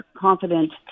confident